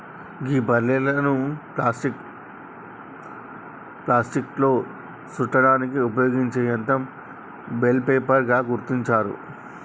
గీ బలేర్లను ప్లాస్టిక్లో సుట్టడానికి ఉపయోగించే యంత్రం బెల్ రేపర్ గా గుర్తించారు